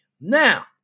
Now